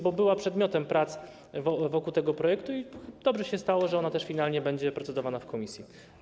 Była przedmiotem prac nad tym projektem, więc dobrze się stało, że ona też finalnie będzie procedowana w komisji.